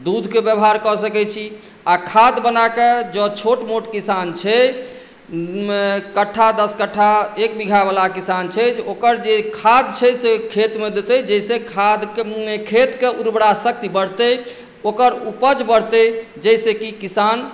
दूध के व्यवहार कऽ सकै छी आ खाद बना कऽ जॅं छोट मोट किसान छै कट्ठा दस कठ्ठा एक बीघा वला किसान छै ओकर जे खाद छै से खेत मे देतै जाहिसॅं खाद के खेत के उर्वरा शक्ति बढ़तै ओकर उपज बढ़तै जाहिसॅं कि किसान